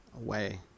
away